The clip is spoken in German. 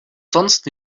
sonst